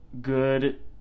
good